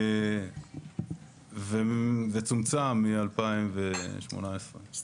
וצומצם מ-2018.